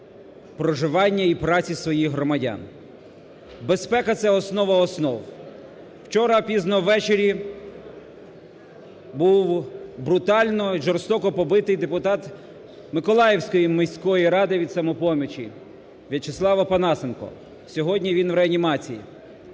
проживання і праці своїх громадян. Безпека – це основа основ. Вчора пізно ввечері був брутально і жорстоко побитий депутат Миколаївської міської ради від "Самопомочі" В'ячеслав Опанасенко. Сьогодні він в реанімації.